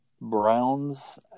Browns